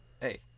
hey